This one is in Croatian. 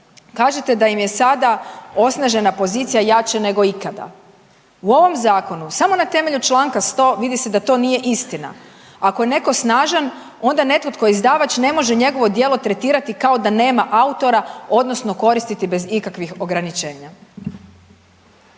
Kažete da im je sada osnažena pozicija jače nego ikada, u ovom zakonu samo na temelju čl. 100. vidi se da to nije istina. Ako je neko snažan onda netko tko je izdavač ne može njegovo djelo tretirati kao da nema autora odnosno koristiti bez ikakvih ograničenja.